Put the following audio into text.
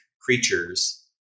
creatures